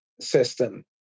system